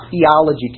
theology